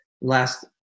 last